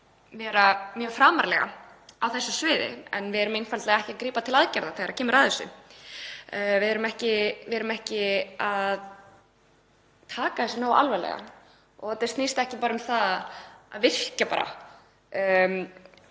vera mjög framarlega á þessu sviði. En við erum einfaldlega ekki að grípa til aðgerða þegar kemur að þessu. Við erum ekki að taka þessu nógu alvarlega. Þetta snýst ekki bara um að virkja og